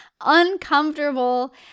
uncomfortable